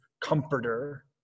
comforter